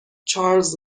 چارلز